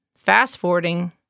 Fast-forwarding